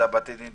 בתי דין לעבודה,